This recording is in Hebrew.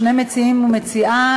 שני מציעים ומציעה,